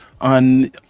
on